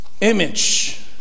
image